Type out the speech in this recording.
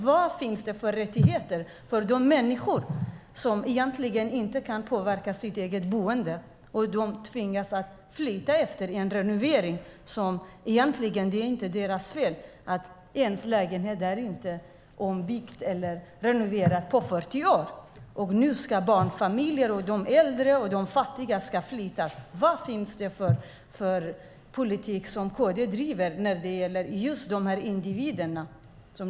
Vad finns det för rättigheter för de människor som egentligen inte kan påverka sitt eget boende och tvingas flytta efter en renovering? Det är en renovering som inte är deras fel; det är inte deras fel att lägenheten inte är ombyggd eller renoverad på 40 år. Nu ska barnfamiljer, äldre och fattiga flyttas. Vad är det för politik KD driver när det gäller just dessa individer?